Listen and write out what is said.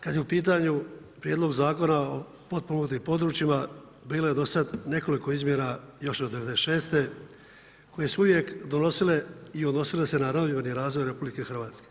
Kad je u pitanju Prijedlog Zakona o potpomognutim područjima, bilo je do sad nekoliko izmjena još od '96. koji su uvijek donosile i odnosile se na ravnomjeran razvoj RH.